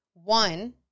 One